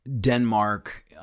Denmark